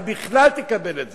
אם בכלל תקבל את זה.